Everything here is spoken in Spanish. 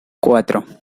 cuatro